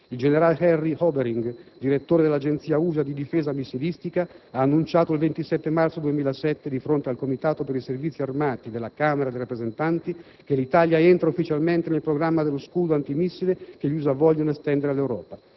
Il generale Henry Obering, direttore dell'Agenzia USA di difesa missilistica, ha annunciato il 27 marzo 2007, di fronte al Comitato per i servizi armati della Camera dei rappresentanti, che l'Italia entra ufficialmente nel programma dello «scudo» antimissile che gli Stati Uniti vogliono estendere all'Europa.